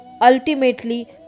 ultimately